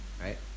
right